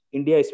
India